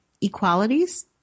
equalities